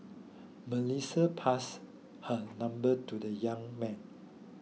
Melissa passed her number to the young man